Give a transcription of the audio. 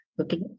Okay